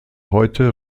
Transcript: heute